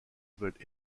veulent